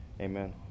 amen